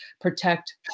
protect